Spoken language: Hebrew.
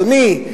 אדוני,